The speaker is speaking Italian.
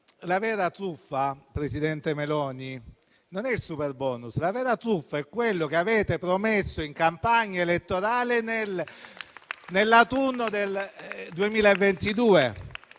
la vera truffa non è il superbonus. La vera truffa è quello che avete promesso in campagna elettorale nell'autunno del 2022,